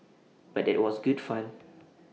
but that was good fun